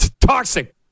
toxic